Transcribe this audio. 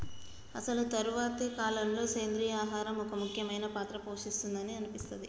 అసలు తరువాతి కాలంలో, సెంద్రీయ ఆహారం ఒక ముఖ్యమైన పాత్ర పోషిస్తుంది అని అనిపిస్తది